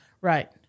Right